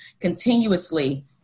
continuously